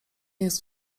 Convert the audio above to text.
jest